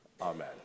Amen